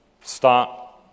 start